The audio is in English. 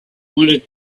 wanted